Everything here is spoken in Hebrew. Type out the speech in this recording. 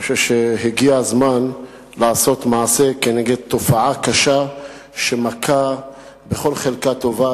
אני חושב שהגיע הזמן לעשות מעשה נגד תופעה קשה שמכה בכל חלקה טובה.